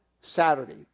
Saturday